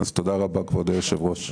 תודה רבה, כבוד היושב-ראש.